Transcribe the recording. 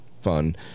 fun